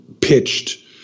pitched